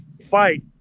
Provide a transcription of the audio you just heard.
fight